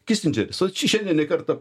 kisindžeris vat šiandien ne kartą